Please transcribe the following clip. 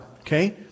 okay